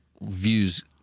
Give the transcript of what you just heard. views